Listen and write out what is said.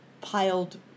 piled